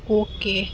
okay